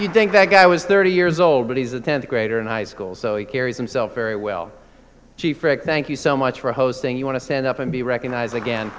you think that guy was thirty years old but he's a tenth grader in high school so he carries himself very well chief thank you so much for hosting you want to stand up and be recognized again